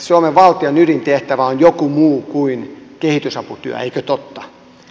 suomen valtion ydintehtävä on joku muu kuin kehitysaputyö eikö totta